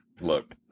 look